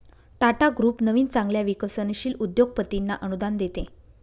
Tata group नवीन चांगल्या विकसनशील उद्योगपतींना अनुदान देते